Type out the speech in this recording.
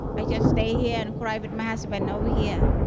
i just stay here and cry with my husband over here.